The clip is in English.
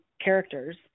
characters